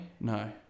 No